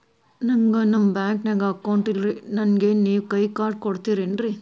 ನನ್ಗ ನಮ್ ಬ್ಯಾಂಕಿನ್ಯಾಗ ಅಕೌಂಟ್ ಇಲ್ರಿ, ನನ್ಗೆ ನೇವ್ ಕೈಯ ಕಾರ್ಡ್ ಕೊಡ್ತಿರೇನ್ರಿ?